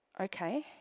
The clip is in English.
Okay